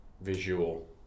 Visual